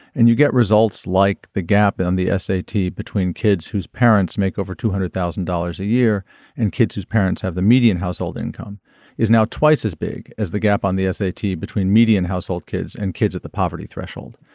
and you get results like the gap in the s a t. between kids whose parents make over two hundred thousand dollars a year in and kids whose parents have the median household income is now twice as big as the gap on the s a t. between median household kids and kids at the poverty threshold.